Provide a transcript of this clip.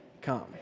come